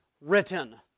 written